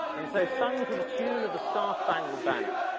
and so sung to the tune of the star spangled banner,